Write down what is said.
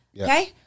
Okay